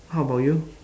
how about you